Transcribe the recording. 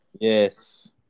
Yes